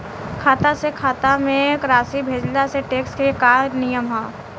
खाता से खाता में राशि भेजला से टेक्स के का नियम ह?